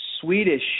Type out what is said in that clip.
Swedish